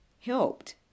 helped